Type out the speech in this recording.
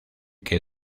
que